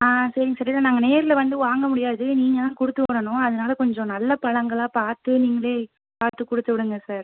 ஆ சரிங்க சரிதான் நாங்கள் நேரில் வந்து வாங்க முடியாது நீங்க தான் கொடுத்து விடணும் அதனால் கொஞ்சம் நல்ல பழங்களாக பார்த்து நீங்களே பார்த்து கொடுத்துவுடுங்க சார்